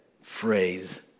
phrase